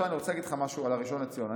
אני רוצה להגיד לך משהו על הראשון לציון.